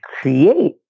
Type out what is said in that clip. create